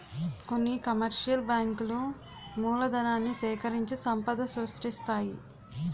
కొన్ని కమర్షియల్ బ్యాంకులు మూలధనాన్ని సేకరించి సంపద సృష్టిస్తాయి